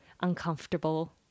uncomfortable